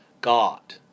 God